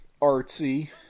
artsy